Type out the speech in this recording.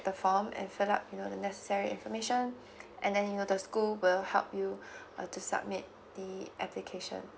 the form and fill up you know the necessary information and then you know the school will help you uh to submit the application